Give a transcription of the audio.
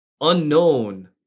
unknown